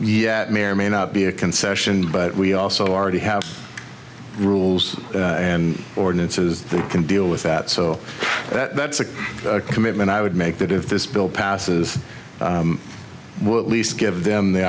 yet may or may not be a concession but we also already have rules and ordinances that can deal with that so that's a commitment i would make that if this bill passes will at least give them the